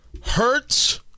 hurts